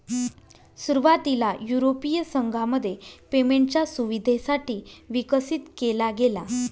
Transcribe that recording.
सुरुवातीला युरोपीय संघामध्ये पेमेंटच्या सुविधेसाठी विकसित केला गेला